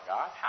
God